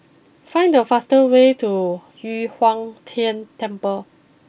find the fastest way to Yu Huang Tian Temple